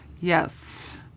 yes